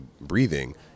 breathing